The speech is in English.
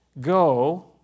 go